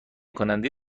کننده